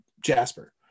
Jasper